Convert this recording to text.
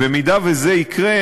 במידה שזה יקרה,